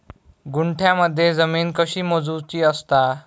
गुंठयामध्ये जमीन कशी मोजूची असता?